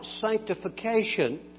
sanctification